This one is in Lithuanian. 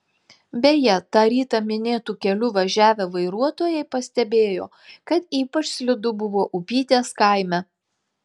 beje tą rytą minėtu keliu važiavę vairuotojai pastebėjo kad ypač slidu buvo upytės kaime